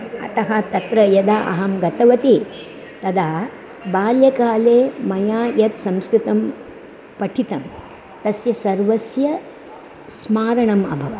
अतः तत्र यदा अहं गतवती तदा बाल्यकाले मया यत् संस्कृतं पठितं तस्य सर्वस्य स्मारणम् अभवत्